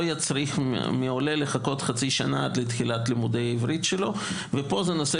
יצריך מעולה לחכות חצי שנה עד תחילת לימודי עברית שלו ופה זה נושא